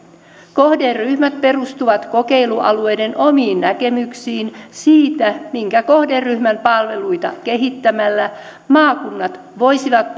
kohderyhmät perustuvat kokeilualueiden omiin näkemyksiin siitä minkä kohderyhmän palveluita kehittämällä maakunnat voisivat